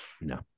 No